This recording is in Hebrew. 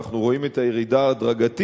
ואנחנו רואים את הירידה ההדרגתית,